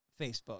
Facebook